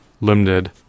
limited